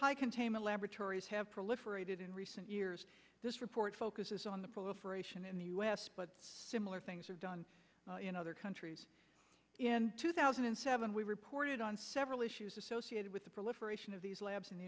high containment laboratories have proliferated in recent years this report focuses on the proliferation in the u s but similar things are done other countries in two thousand and seven we reported on several issues associated with the proliferation of these labs in the